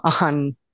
on